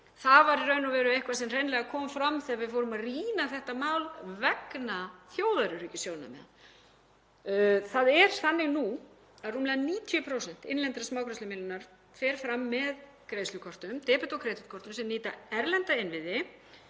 það var í raun og veru eitthvað sem hreinlega kom fram þegar við fórum að rýna þetta mál vegna þjóðaröryggissjónarmiða. Það er þannig nú að rúmlega 90% innlendrar smágreiðslumiðlunar fara fram með greiðslukortum, debet- og kreditkortum, sem nýta erlenda innviði.